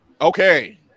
Okay